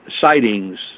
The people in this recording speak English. sightings